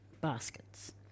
baskets